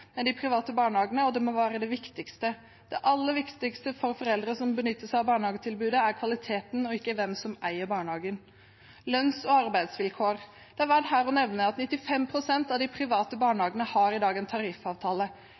som benytter seg av barnehagetilbudet, er kvaliteten og ikke hvem som eier barnehagen. Lønns- og arbeidsvilkår: Det er verdt å nevne at 95 pst. av de private barnehagene i dag har en tariffavtale.